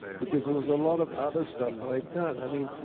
because there was a lot of other stuff i'd done. i mean,